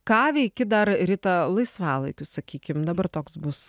ką veiki dar rita laisvalaikiu sakykim dabar toks bus